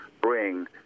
bring